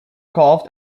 carved